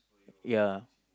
ya